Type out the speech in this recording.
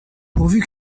pourvu